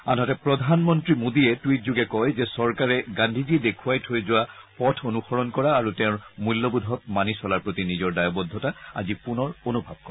আনহাতে প্ৰধানমন্ত্ৰী মোদীয়ে টুইটযোগে কয় যে চৰকাৰে গান্ধীজীয়ে দেখুৱাই থৈ যোৱা পথ অনূসৰণ কৰা আৰু তেওঁৰ মূল্যবোধসমূহ মানি চলাৰ প্ৰতি নিজৰ দায়বদ্ধতা আজি পুনৰ অনুভৱ কৰে